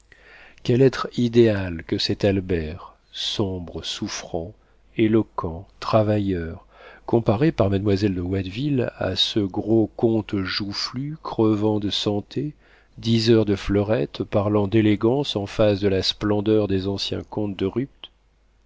quel être idéal que cet albert sombre souffrant éloquent travailleur comparé par mademoiselle de watteville à ce gros comte joufflu crevant de santé diseur de fleurettes parlant d'élégance en face de la splendeur des anciens comtes de rupt